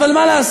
אבל מה לעשות,